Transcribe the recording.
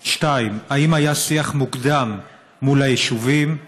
2. האם היה שיח מוקדם מול היישובים?